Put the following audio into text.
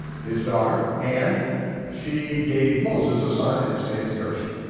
his daughter, and she gave moses a son and his name is gershom.